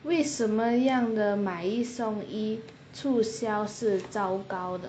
为什么样的买一送一促销是糟糕的